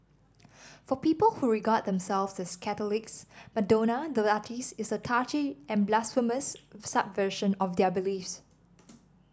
for people who regard themselves as Catholics Madonna the artiste is a touchy and blasphemous subversion of their beliefs